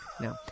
No